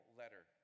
letter